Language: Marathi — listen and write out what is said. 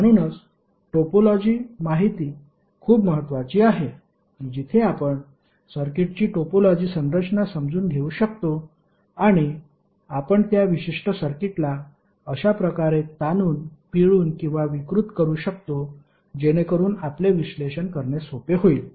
म्हणूनच टोपोलॉजी माहिती खूप महत्वाची आहे जिथे आपण सर्किटची टोपोलॉजी संरचना समजून घेऊ शकतो आणि आपण त्या विशिष्ट सर्किटला अशा प्रकारे ताणून पिळून किंवा विकृत करू शकतो जेणेकरून आपले विश्लेषण करणे सोपे होईल